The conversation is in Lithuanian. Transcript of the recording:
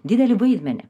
didelį vaidmenį